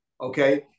Okay